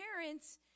parents